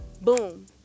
boom